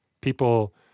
people